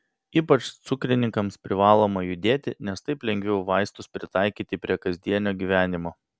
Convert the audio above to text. ypač cukrininkams privaloma judėti nes taip lengviau vaistus pritaikyti prie kasdienio gyvenimo